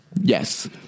Yes